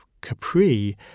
Capri